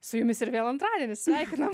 su jumis ir vėl antradienis sveikino